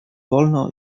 wolno